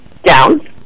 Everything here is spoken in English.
Down